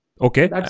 Okay